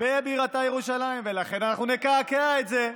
בבירתה ירושלים, ולכן אנחנו נקעקע את זה.